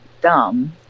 dumb